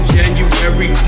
January